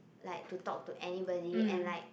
like to talk to anybody and like